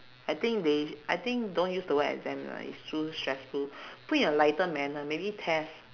I think they I think don't use the word exam lah it's too stressful put in a lighter manner maybe test